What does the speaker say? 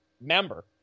member